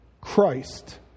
Christ